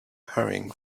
hurrying